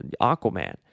Aquaman